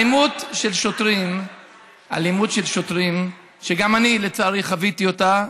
אלימות של שוטרים, גם אני, לצערי, חוויתי אותה,